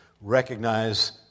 recognize